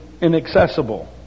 inaccessible